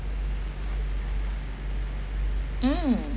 um